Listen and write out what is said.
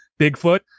Bigfoot